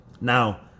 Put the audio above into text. Now